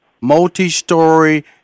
multi-story